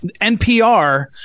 NPR